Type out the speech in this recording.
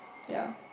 ya